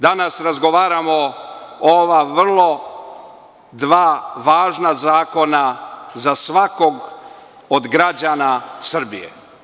Danas razgovaramo o dva vrlo važna zakona za svakog od građana Srbije.